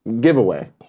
giveaway